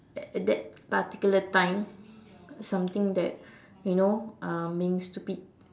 that at that particular time something that you know um being stupid